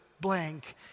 blank